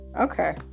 Okay